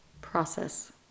process